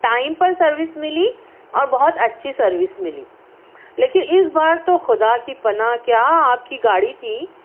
time پر service ملی اور بہت اچھی سروس ملی لیکن اس بار تو خدا کی پناہ کیا آپ کی گاڑی تھی